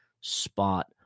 spot